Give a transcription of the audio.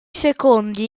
secondi